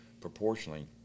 proportionally